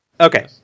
Okay